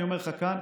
אני אומר לך כאן,